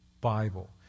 Bible